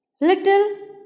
little